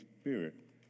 Spirit